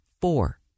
four